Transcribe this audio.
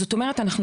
אז יש לי